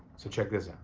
so check this